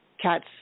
Cats